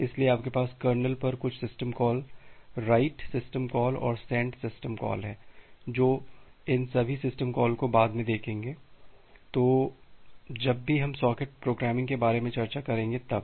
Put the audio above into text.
इसलिए आपके पास कर्नेल पर कुछ system call write write system call और सेंड send सिस्टम कॉल है तो हम इस सभी सिस्टम कॉल को बाद में देखेंगे जब भी हम सॉकेट प्रोग्रामिंग के बारे में चर्चा करेंगे तब